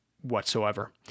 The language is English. whatsoever